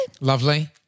Lovely